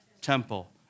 temple